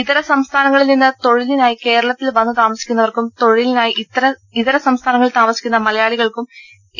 ഇതര സംസ്ഥാനങ്ങളിൽ നിന്ന് തൊഴിലിനായി കേരളത്തിൽ വന്നു താമസിക്കുന്ന്വർക്കും തൊഴിലിനായി ഇതര സംസ്ഥാന ങ്ങളിൽ താമസിക്കുന്ന മലയാളികൾക്കും എ